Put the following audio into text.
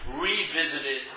revisited